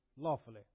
lawfully